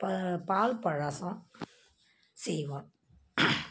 ப பால் பழாசம் செய்வோம்